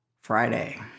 Friday